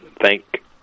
thank